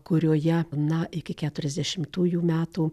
kurioje na iki keturiasdešimtųjų metų